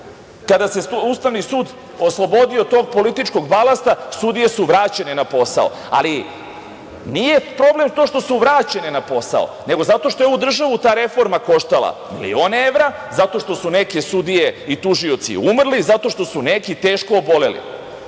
kad se Ustavni sud oslobodio tog političkog balasta sudije su vraćene na posao, ali nije problem to što su vraćene na posao, nego zato što je ovu državu ta reforma koštala milione evra, zato što su neke sudije i tužioci umrli, zato što su neki teško oboleli. Znate